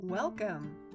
Welcome